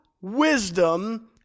wisdom